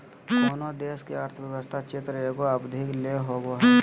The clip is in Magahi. कोनो देश के अर्थव्यवस्था चित्र एगो अवधि ले होवो हइ